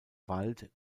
wald